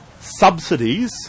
subsidies